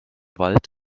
wald